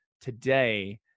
today